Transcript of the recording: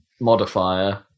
modifier